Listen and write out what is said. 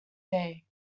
day